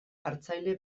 hartzaile